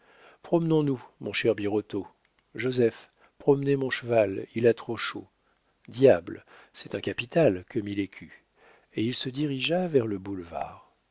promenons nous mon cher birotteau joseph promenez mon cheval il a trop chaud diable c'est un capital que mille écus et il se dirigea vers le boulevard